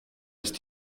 ist